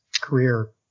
career